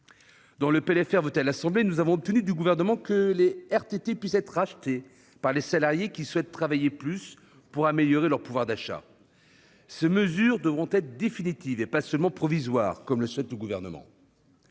par l'Assemblée nationale, nous avons obtenu du Gouvernement que des heures de RTT puissent être rachetées par les salariés souhaitant travailler plus pour améliorer leur pouvoir d'achat. Ces mesures devront être définitives, et non pas seulement provisoires, comme le souhaite le Gouvernement.